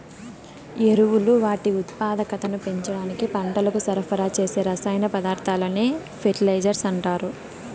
ఎరువులు వాటి ఉత్పాదకతను పెంచడానికి పంటలకు సరఫరా చేసే రసాయన పదార్థాలనే ఫెర్టిలైజర్స్ అంటారు